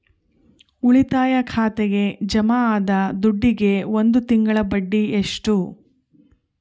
ಉಳಿತಾಯ ಖಾತೆಗೆ ಜಮಾ ಆದ ದುಡ್ಡಿಗೆ ಒಂದು ತಿಂಗಳ ಬಡ್ಡಿ ಎಷ್ಟು?